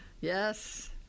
Yes